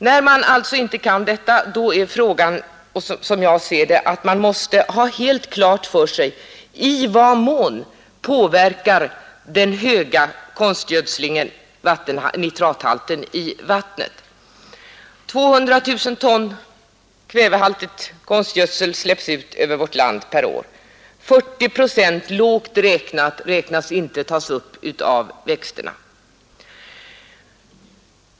När det inte är möjligt att stänga av vattnet, bör man försöka klargöra i vad män den omfattande konstgödslingen påverkar nitrathalten i vattnet. 200 000 ton kvävehaltig konstgödsel släpps ut över vart land per är. Det beräknas att 40 procent, lågt räknat, inte tas upp av växterna.